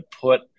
put